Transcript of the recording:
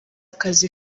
kazi